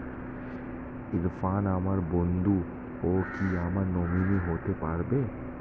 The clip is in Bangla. ইরফান আমার বন্ধু ও কি আমার নমিনি হতে পারবে?